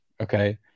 okay